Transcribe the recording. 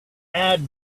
add